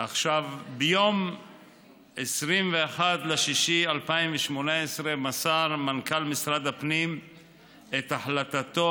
ביום 21 ביוני 2018 מסר מנכ"ל משרד הפנים את החלטתו